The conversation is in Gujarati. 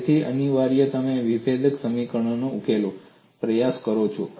તેથી અનિવાર્યપણે તમે વિભેદક સમીકરણો ઉકેલવાનો પ્રયાસ કરો છો